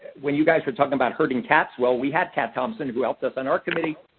when you guys were talking about herding cats, well, we had cat thompson, who helped us on our committee,